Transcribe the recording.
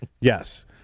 yes